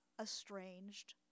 estranged